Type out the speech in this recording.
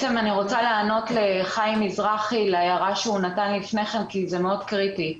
אני רוצה לענות על ההערה של חיים מזרחי כי זה מאוד קריטי.